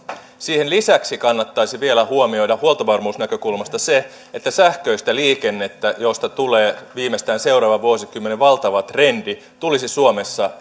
siihen lisäksi kannattaisi vielä huomioida huoltovarmuusnäkökulmasta se että sähköistä liikennettä josta tulee viimeistään seuraavan vuosikymmenen valtava trendi tulisi suomessa